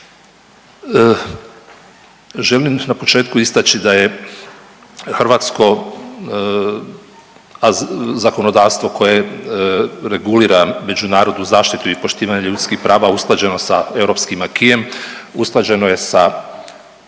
Želim na početku istaći da je hrvatsko zakonodavstvo koje regulira međunarodnu zaštitu i poštivanje ljudskih prava usklađeno sa europskim acquis-em, usklađeno je sa